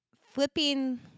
flipping